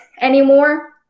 anymore